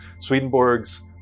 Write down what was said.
Swedenborg's